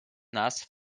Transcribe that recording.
nas